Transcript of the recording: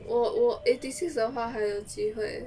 我我 eighty six 的话还有机会